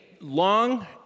long